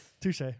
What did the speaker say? Touche